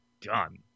done